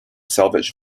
salvage